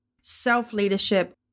self-leadership